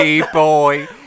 boy